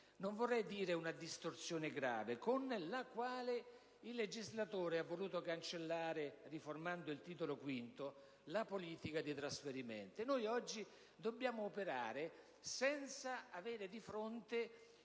non vorrei definirla una distorsione grave, con la quale il legislatore ha voluto cancellare, riformando il Titolo V, la politica dei trasferimenti. Noi oggi dobbiamo operare senza avere di fronte